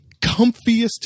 comfiest